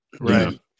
Right